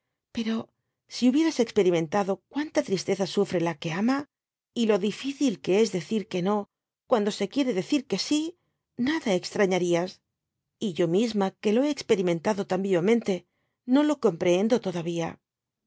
pero si hubieras experimentado cuanta tristeza sufre la que ama y lo difícil que es decir que no cuando se quiere decir que sí nada estrañarias y yo misma que lo hé experimentado tan vivamente no lo comprebendo todavía